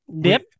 dip